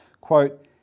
quote